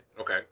Okay